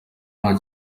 nta